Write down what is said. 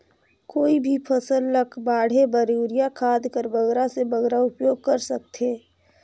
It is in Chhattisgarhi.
कोई भी फसल ल बाढ़े बर युरिया खाद कर बगरा से बगरा उपयोग कर थें?